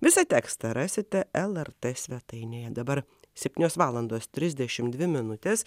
visą tekstą rasite lrt svetainėje dabar septynios valandos trisdešimt dvi minutės